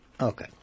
Okay